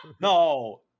No